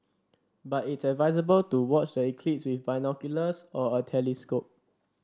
but it's advisable to watch the eclipse with binoculars or a telescope